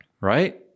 right